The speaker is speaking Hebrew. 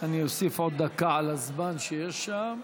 אני אוסיף עוד דקה על הזמן שיש שם.